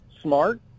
smart